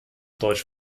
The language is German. deutsch